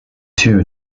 tune